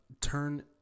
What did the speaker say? turn